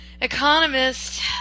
economist